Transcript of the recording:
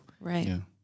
Right